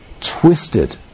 twisted